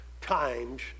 times